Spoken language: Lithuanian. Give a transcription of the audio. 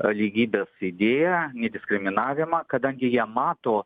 lygybės idėją ne diskriminavimą kadangi jie mato